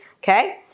Okay